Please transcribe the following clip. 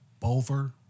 Bolver